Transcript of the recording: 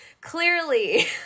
Clearly